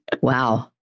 Wow